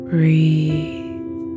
Breathe